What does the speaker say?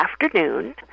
afternoon